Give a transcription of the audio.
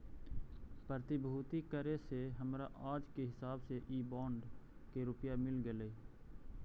प्रतिभूति करे से हमरा आज के हिसाब से इ बॉन्ड के रुपया मिल गेलइ